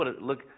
look